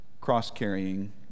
Cross-carrying